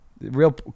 Real